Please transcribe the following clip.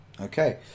okay